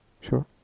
sure